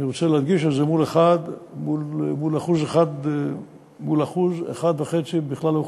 אני רוצה להדגיש את זה מול 1.5% מכלל האוכלוסייה,